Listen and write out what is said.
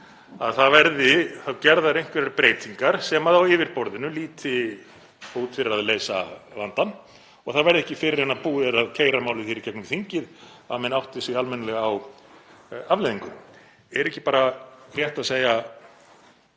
að það verði þá gerðar einhverjar breytingar sem á yfirborðinu líti út fyrir að leysa vandann og það verði ekki fyrr en búið er að keyra málið í gegnum þingið að menn átti sig almennilega á afleiðingum. Er ekki bara rétt að segja: